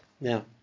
Now